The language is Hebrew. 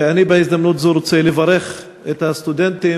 ואני בהזדמנות זו רוצה לברך את הסטודנטים